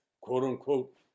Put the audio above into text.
quote-unquote